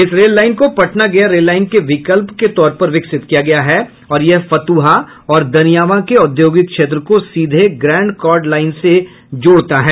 इस rail line को Patna Gaya rail line के विकल्प के तौर पर विकसित किया गया है और यह फतुहा और दनियावां के औद्योगिक क्षेत्र को सीधे ग्रैंड कोर्ड लाईन से भी जोड़ता है